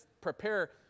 prepare